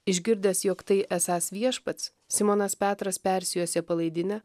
išgirdęs jog tai esąs viešpats simonas petras persijuosė palaidinę